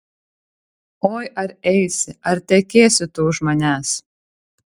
oi ar eisi ar tekėsi tu už manęs